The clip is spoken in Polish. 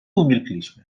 umilkliśmy